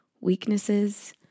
weaknesses